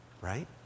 Right